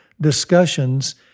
discussions